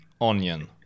onion